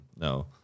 No